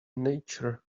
nature